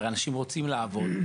הרי אנשים רוצים לעבוד.